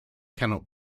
cannot